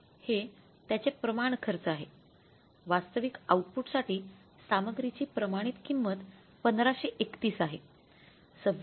हे त्याचे प्रमाण खर्च आहेवास्तविक आउटपुटसाठी सामग्रीची प्रमाणित किंमत 1531 आहे 26